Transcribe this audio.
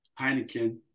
Heineken